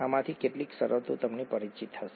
આમાંની કેટલીક શરતો તમને પરિચિત હશે